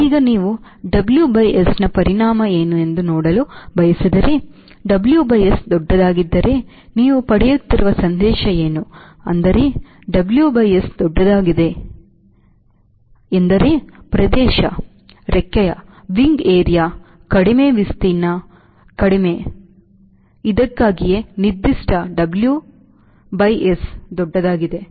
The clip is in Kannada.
ಈಗ ನೀವು WS ನ ಪರಿಣಾಮ ಏನು ಎಂದು ನೋಡಲು ಬಯಸಿದರೆ WS ದೊಡ್ಡದಾಗಿದ್ದರೆ ನೀವು ಪಡೆಯುತ್ತಿರುವ ಸಂದೇಶ ಏನು ಅಂದರೆ WS ದೊಡ್ಡದಾಗಿದೆ ಎಂದರೆ ಏನು ಪ್ರದೇಶ ರೆಕ್ಕೆಯ ಕಡಿಮೆ ವಿಸ್ತೀರ್ಣ ಕಡಿಮೆ ಇದಕ್ಕಾಗಿಯೇ ನಿರ್ದಿಷ್ಟ W ಗೆ W by S ದೊಡ್ಡದಾಗಿದೆ